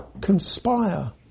conspire